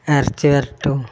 ഇറച്ചി വരട്ടും